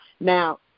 Now